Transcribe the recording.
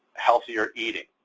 healthier eating,